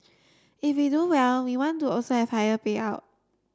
if we do well we want to also have higher payout